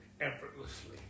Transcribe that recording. effortlessly